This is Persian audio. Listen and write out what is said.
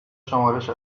شمارش